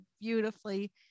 beautifully